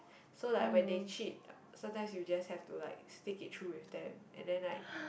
so like when they cheat sometimes you just have to like stick it through with them and then like